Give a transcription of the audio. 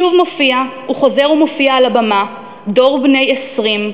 שוב מופיע וחוזר ומופיע על הבימה דור בני 20,